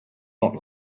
not